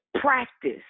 practice